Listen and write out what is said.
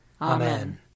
Amen